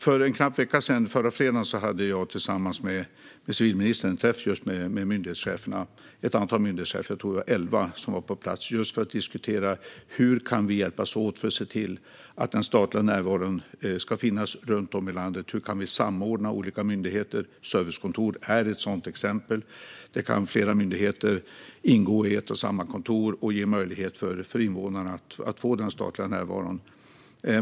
Förra fredagen, alltså för en knapp vecka sedan, hade jag tillsammans med civilministern en träff just med ett antal myndighetschefer. Jag tror att det var elva chefer som var på plats för att diskutera hur vi kan hjälpas åt för att se till att den statliga närvaron ska finnas runt om i landet och hur vi kan samordna olika myndigheter. Servicekontor är ett sådant exempel på statlig närvaro. Där kan flera myndigheter ingå i ett och samma kontor så att invånarna får tillgång till service.